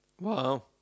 Wow